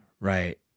right